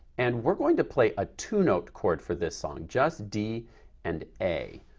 and we're going to play a two note chord for this song, just d and a.